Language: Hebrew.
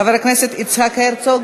חבר הכנסת יצחק הרצוג